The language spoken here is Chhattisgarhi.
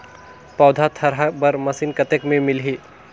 पौधा थरहा बर मशीन कतेक मे मिलही?